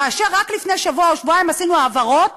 כאשר רק לפני שבוע או שבועיים עשינו העברות